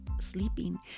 sleeping